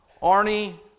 Arnie